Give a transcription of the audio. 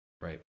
Right